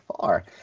far